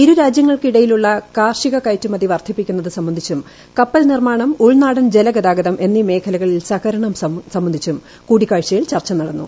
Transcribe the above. ഇരുരാജ്യങ്ങൾക്കിടയിലുള്ള കാർഷിക കയറ്റുമതി വർദ്ധിപ്പിക്കുന്നത് സംബന്ധിച്ചും കപ്പൽ നിർമാണം ഉൾനാടൻ ജലഗതാഗതം എന്നീ മേഖലകളിൽ സഹകരണം സംബന്ധിച്ചും കൂടിക്കാഴ്ചയിൽ ചർച്ച നടന്നു